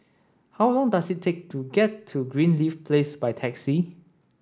how long does it take to get to Greenleaf Place by taxi